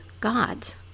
gods